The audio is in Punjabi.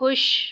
ਖੁਸ਼